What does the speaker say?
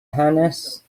hanes